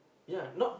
ya not